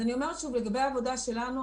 שאלתם למה לא ניתן תמיד לבחור בין 2018 ו-2019,